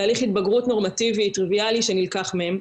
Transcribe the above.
תהליך התבגרות נורמטיבי טריוויאלי שנלקח מהם.